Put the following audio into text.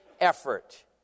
effort